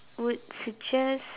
would suggest